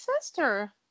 sister